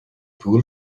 pool